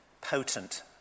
potent